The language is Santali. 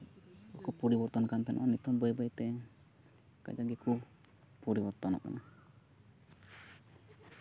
ᱵᱟᱠᱚ ᱯᱚᱨᱤᱵᱚᱨᱛᱚᱱ ᱠᱟᱱ ᱛᱟᱦᱮᱱᱟ ᱱᱤᱛᱚᱝ ᱵᱟᱹᱭ ᱵᱟᱹᱭᱛᱮ ᱠᱟᱡᱟᱠ ᱜᱮᱠᱚ ᱯᱚᱨᱤᱵᱚᱨᱛᱚᱱᱚᱜ ᱠᱟᱱᱟ